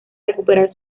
recuperar